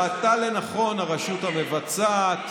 ראתה לנכון הרשות המבצעת,